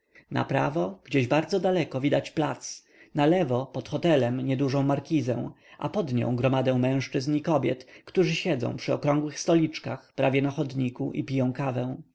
na dachu naprawo gdzieś bardzo daleko widać plac nalewo pod hotelem niedużą markizę a pod nią gromadę mężczyzn i kobiet którzy siedzą przy okrągłych stoliczkach prawie na chodniku i piją kawę